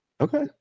Okay